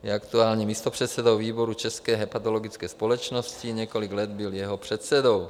Je aktuálně místopředsedou výboru České hepatologické společnosti, několik let byl jeho předsedou.